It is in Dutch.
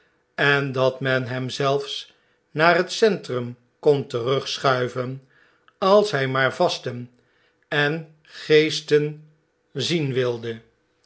en dat men hem zelfs naar het centrum kon terugschuiven als hg maar vasten en geesten zien wilde